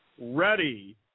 ready